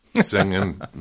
singing